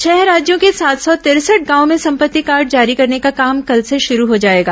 छह राज्यों के सात सौ तिरसठ गांवों में संपत्ति कार्ड जारी करने का काम कल से शुरू हो जायेगा